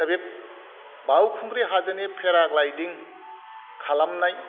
दा बे बाउखुंग्रि हाजोनि फेराग्लायदिं खालामनाय